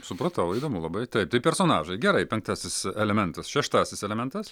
supratau įdomu labai taip tai personažai gerai penktasis elementas šeštasis elementas